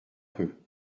peu